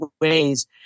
ways